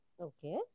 Okay